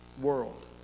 world